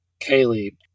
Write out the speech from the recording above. Kaylee